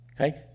okay